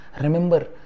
remember